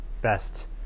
best